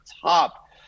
top